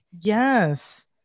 Yes